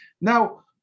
Now